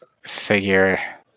figure